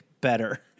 better